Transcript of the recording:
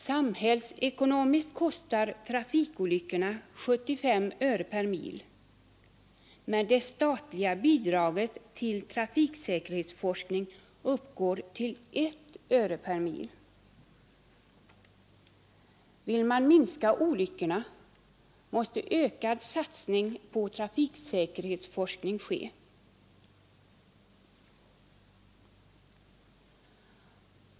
Samhällsekonomiskt kostar trafikolyckorna 75 öre per mil, men det statliga bidraget till trafiksäkerhetsforskning uppgår till I öre per mil. Vill man minska olyckorna måste ökad satsning på trafiksäkerhetsforskning ske.